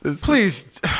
Please